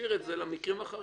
נשאיר את זה למקרים החריגים.